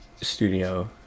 studio